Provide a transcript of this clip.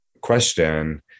question